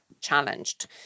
challenged